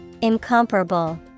Incomparable